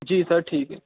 جی sir ٹھیک ہے